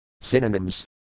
Synonyms